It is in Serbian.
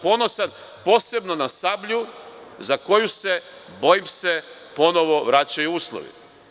Ponosan sam posebno na „Sablju“ za koju se, bojim se, ponovo vraćaju uslovi.